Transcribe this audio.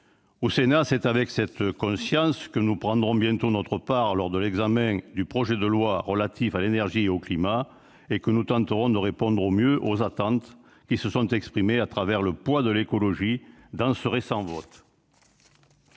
Au Sénat, c'est avec cette conscience que nous prendrons bientôt notre part lors de l'examen du projet de loi relatif à l'énergie et au climat. Nous tenterons de répondre au mieux aux attentes qui se sont exprimées- je pense au poids de l'écologie -lors de ce récent vote.